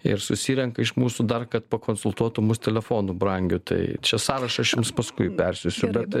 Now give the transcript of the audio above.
ir susirenka iš mūsų dar kad pakonsultuotų mus telefonu brangiu tai čia sąrašas aš jums paskui persiųsiu bet